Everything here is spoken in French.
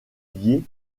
lié